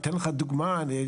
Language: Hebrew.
אני אתן לך דוגמה לאקוויפר,